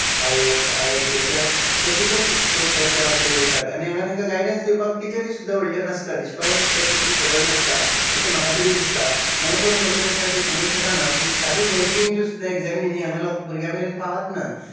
IAS IIT अशा कवचीतूच कोण तसल्या वाटेक वयतात आनी मागीर तांकां गायडंस दिवपाक टिचेरी सुद्दा तितक्यो नासतात इश्कोलांत सुद्दां तांकां खबर नासता अशें म्हाका तरी दिसता खंय कोण कमी पडटा तें सांगूंक शकना पूण सादें बँकेंतल्यो सुद्दां एग्जामी न्ही हांगा भुरग्यां मेरेन पावत नात